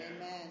Amen